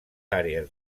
àrees